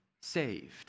saved